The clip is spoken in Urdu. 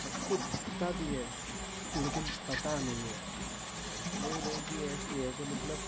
سب کو دکھتا بھی ہے لیکن پتا نہیں ہے وہ الرجی ایسی ہے کہ مطلب